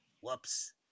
Whoops